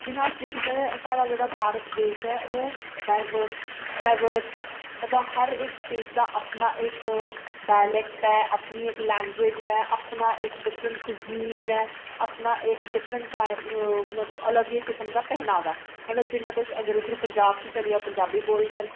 जियां अस दिखचै जेह्ड़ा साढ़ा भारत देश ऐ ओह् डाइवर्स डाइवर्स ऐ मतलब हर इक स्टेट दा अपना इक डाइलेक्ट ऐ अपनी इक लैंग्वेज ऐ अपना इक डिफरेंट कूजीन ऐ अपना इक डिफरेंट मतलब अलग इक किसम दा पैहनावा ऐ मतलब जिन्ना तुस अगर इद्धरूं पजांब च चली जाओ पंजाबी बोलङन